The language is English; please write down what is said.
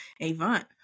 Avant